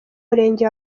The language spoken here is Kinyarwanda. murenge